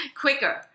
quicker